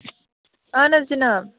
اَہَن حظ جِناب